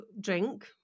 drink